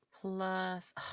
plus